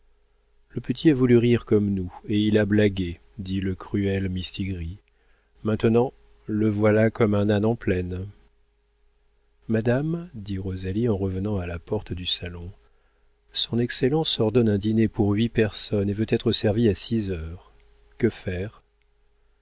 le petit a voulu rire comme nous et il a blagué dit le cruel mistigris maintenant le voilà comme un âne en plaine madame dit rosalie en revenant à la porte du salon son excellence ordonne un dîner pour huit personnes et veut être servie à six heures que faire